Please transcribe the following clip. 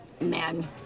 Man